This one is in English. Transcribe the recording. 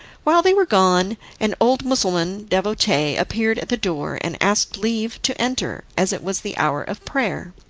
while they were gone an old mussulman devotee appeared at the door, and asked leave to enter, as it was the hour of prayer.